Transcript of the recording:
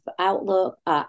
outlook